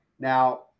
Now